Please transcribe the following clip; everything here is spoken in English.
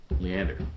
Leander